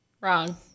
wrong